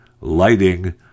lighting